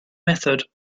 method